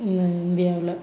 இந்தியாவில